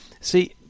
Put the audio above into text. see